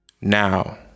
Now